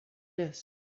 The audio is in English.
this